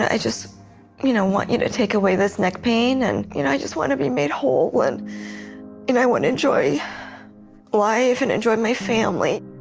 i just you know want you to take away this neck pain. and you know i just want to be made whole. and and i want to enjoy life and enjoy my family.